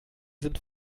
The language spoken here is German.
sind